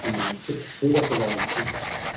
ঠি ঠিক আছে বাৰু অঁ